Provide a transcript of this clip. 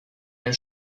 der